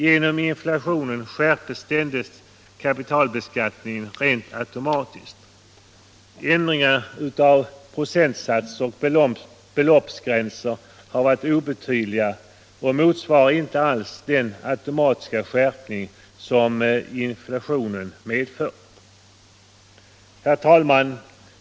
Genom inflationen skärps ständigt kapitalbeskattningen rent automatiskt. Ändringar av procentsatser och beloppsgränser har varit obetydliga och motsvarar inte alls den automatiska skärpning som inflationen har medfört. Herr talman!